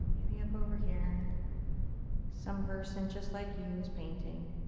maybe up over here. some person just like you is painting.